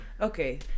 Okay